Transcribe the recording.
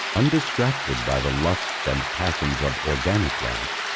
undistracted by the lusts and passions of organic life,